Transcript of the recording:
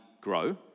grow